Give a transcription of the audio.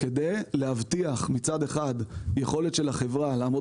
כדי להבטיח מצד אחד יכולת של החברה לעמוד